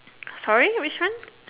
sorry which one